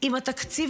עם התקציב